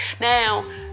Now